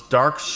dark